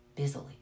Busily